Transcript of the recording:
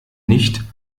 nicht